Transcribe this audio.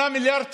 5.5 מיליארדי